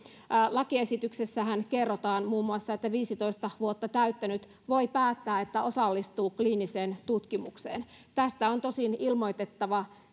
lakiesityksessähän kerrotaan muun muassa että viisitoista vuotta täyttänyt voi päättää että osallistuu kliiniseen tutkimukseen tästä tutkimuksesta on tosin ilmoitettava